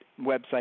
website